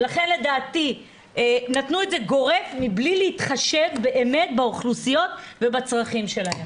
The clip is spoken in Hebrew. ולכן לדעתי נתנו את זה גורף מבלי להתחשב באמת באוכלוסיות ובצרכים שלהם.